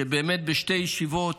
שבאמת בשתי ישיבות